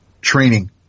training